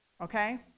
okay